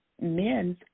men's